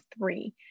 three